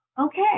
okay